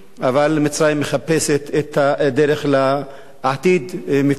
אבל מצרים מחפשת את הדרך לעתיד מפואר,